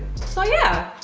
so yeah,